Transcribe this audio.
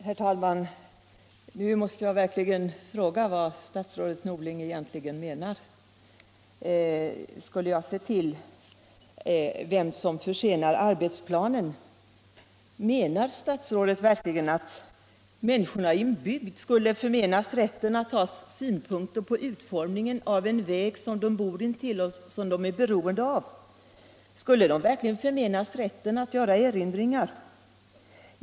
Herr talman! Nu måste jag verkligen fråga vad statsrådet Norling egentligen menar när han säger att jag skulle se på vem som försenar fastställandet av arbetsplanen. Menar statsrådet verkligen att människorna i en bygd skulle förmenas rätten att ha synpunkter på utformningen av en väg som de bor intill och som de är beroende av? Skulle de förmenas rätten att göra erinringar?